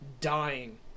dying